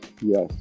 Yes